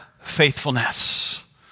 faithfulness